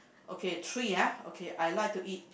okay three ah okay I like to eat